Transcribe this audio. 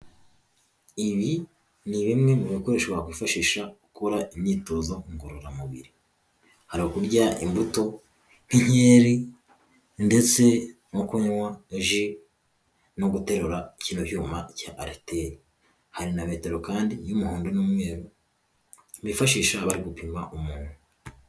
Ibi ni bimwe mu bikoresho wakwifashisha ukora imyitozo ngororamubiri; hari ukurya imbuto nk'inkeri ndetse no kunywa ji, no guterura kino cyuma cya ariteri; hari na metero kandi y'umuhondo n'umweru bifashisha bari gupima umuntu.